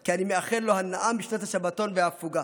כי אני מאחל לו הנאה משנת השבתון וההפוגה,